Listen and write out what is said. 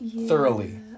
thoroughly